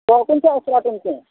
token چھا اَسہِ رَٹُن کینٛہہ